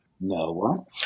No